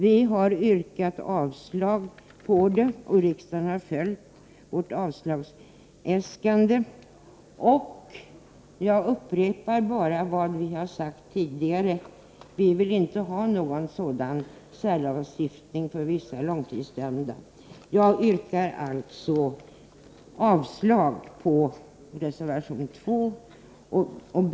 Vi har yrkat avslag på det, och riksdagen har följt vårt avslagsyrkande. Jag upprepar bara vad vi sagt tidigare: Vi vill inte ha någon särbehandling för vissa långtidsdömda. Jag yrkar alltså avslag på reservation 2.